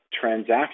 transaction